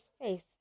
face